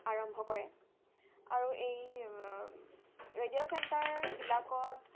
আৰম্ভ কৰে আৰু এই ৰেডিঅ' চেণ্টাৰবিলাকত